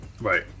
Right